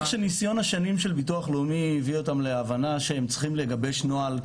שניסיון השנים של ביטוח לאומי הביא אותם להבנה שהם צריכים לגבש נוהל,